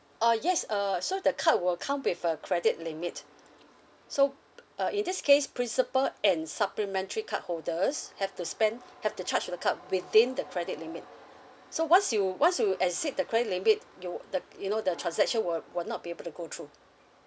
uh yes uh so the card will come with a credit limit so uh in this case principal and supplementary card holders have to spend have to charge the card within the credit limit so once you once you exceed the credit limit you the you know the transaction will will not be able to go through